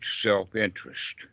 self-interest